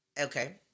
Okay